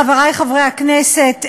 חברי חברי הכנסת,